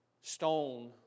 stone